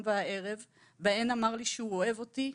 והערב ובהן הוא אמר לי שהוא אוהב אותי,